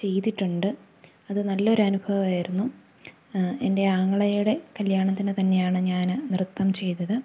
ചെയ്തിട്ടുണ്ട് അതു നല്ലൊരനുഭവമായിരുന്നു എൻ്റെ ആങ്ങളയുടെ കല്യാണത്തിനു തന്നെയാണ് ഞാന് നൃത്തം ചെയ്തത്